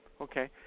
Okay